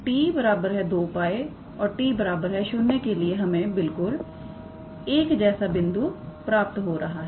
तो 𝑡 2𝜋 और t0 के लिए हमें बिल्कुल एक जैसा बिंदु प्राप्त हो रहा है